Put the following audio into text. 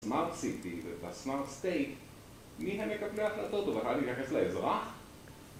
smart city ובה smart state, מי הם מקבלי ההחלטות? זה בכלל יתייחס לאזרח?